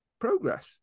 progress